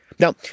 Now